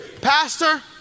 Pastor